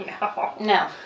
No